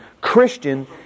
Christian